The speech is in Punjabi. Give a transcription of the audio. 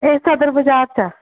ਇਹ ਸਦਰ ਬਜ਼ਾਰ 'ਚ ਆ